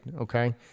okay